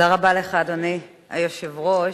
אדוני היושב-ראש,